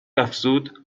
افزود